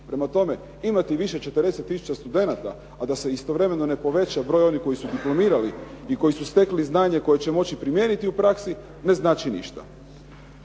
Prema tome, imati više od 20 tisuća studenata a da se istovremeno ne poveća broj onih koji su diplomirali i koji su stekli znanje koje će moći primijeniti u praksi, ne znači ništa.